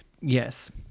Yes